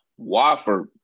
Wofford